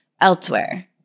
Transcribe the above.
elsewhere